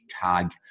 tag